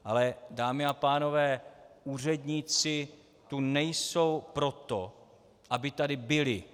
Ale dámy a pánové, úředníci tu nejsou pro to, aby tady byli.